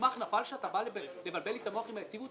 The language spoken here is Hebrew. גמ"ח נפל שאתה בא לבלבל לי את המוח עם היציבות?